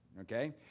okay